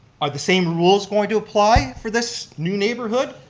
are the same rules going to apply for this new neighborhood,